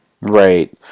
Right